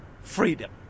freedom